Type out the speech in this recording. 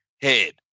head